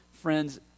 friends